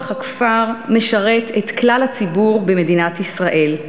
הכפר משרת את כלל הציבור במדינת ישראל.